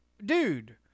dude